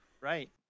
Right